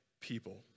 people